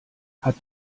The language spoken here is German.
hat